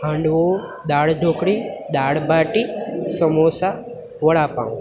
handvo dal dhokli dal baati samosa vada pav